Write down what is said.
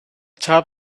top